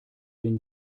den